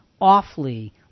awfully